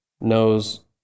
knows